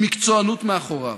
עם מקצוענות מאחוריו.